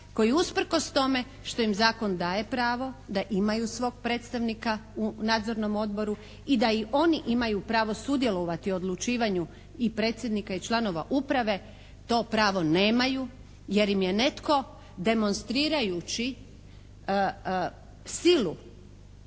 koji usprkos tome što im zakon daje pravo da imaju svog predstavnika u Nadzornom odboru i da i oni imaju pravo sudjelovati u odlučivanju i predsjednika i članova uprave to pravo nemaju jer im je netko demonstrirajući silu,